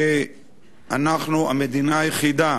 שאנחנו המדינה היחידה